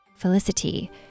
Felicity